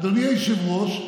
אדוני היושב-ראש,